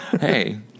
hey